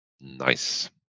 nice